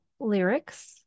lyrics